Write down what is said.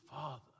father